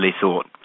thought